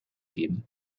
geben